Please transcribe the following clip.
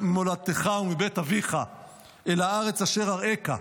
וממולדתך ומבית אביך אל הארץ אשר אַרְאֶךָּ".